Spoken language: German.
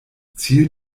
ziel